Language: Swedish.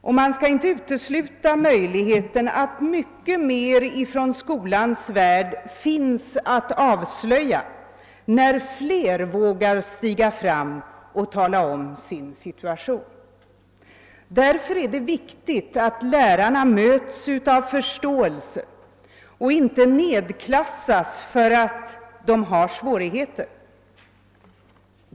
Man skall inte utesluta möjligheten att mycket mer ifrån skolans värld finns att avslöja, när fler vågar stiga fram och tala om sin situation. Därför är det viktigt att lärarna möts av förståelse och inte nedklassas för att de har svårigheter.